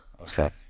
Okay